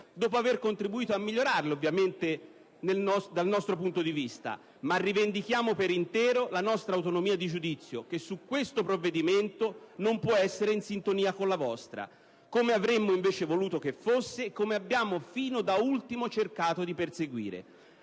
dopo aver contribuito a migliorarle, ovviamente dal nostro punto di vista. Rivendichiamo per intero la nostra autonomia di giudizio che, su questo provvedimento, non può essere in sintonia con la vostra, come avremmo invece voluto che fosse e come abbiamo fino da ultimo cercato di perseguire.